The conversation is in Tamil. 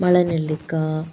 மலைநெல்லிக்கா